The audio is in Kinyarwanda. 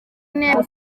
ine